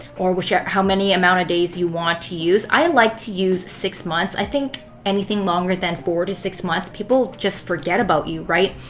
or whichever how many amount of days you want to use. i like to use six months. i think anything longer than four to six months, people just forget about you, right?